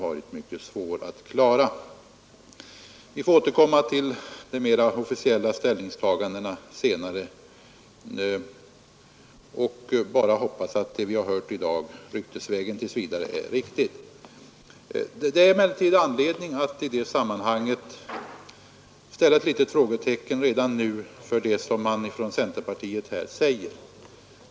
Vi får återkomma till de mera officiella ställningstagandena senare och bara hoppas att det vi hört i dag ryktesvägen är riktigt. Det är emellertid anledning att i det sammanhanget sätta ett litet frågetecken redan nu för vad centerpartiet säger.